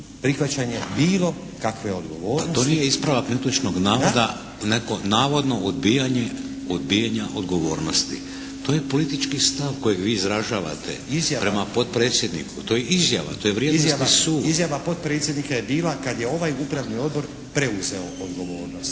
prihvaćanje bilo kakve odgovornosti. **Šeks, Vladimir (HDZ)** To nije ispravak netočnog navoda neko navodno odbijanje odbijanja odgovornosti. To je politički stav kojeg vi izražavate prema potpredsjedniku, to je izjava, to je vrijednosni sud. **Stazić, Nenad (SDP)** Izjava potpredsjednika je bila kad je ovaj Upravni odbor preuzeo odgovornost.